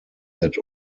that